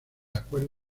acuerdo